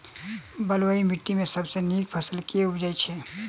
बलुई माटि मे सबसँ नीक फसल केँ उबजई छै?